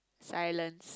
silent